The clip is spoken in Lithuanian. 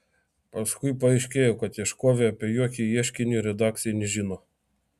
paskui paaiškėjo kad ieškovė apie jokį ieškinį redakcijai nežino